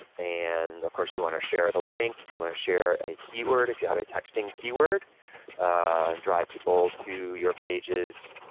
and of course, you wanna share the link, you wanna share a keyword if you have a texting keyword and drive people to your pages.